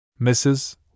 Mrs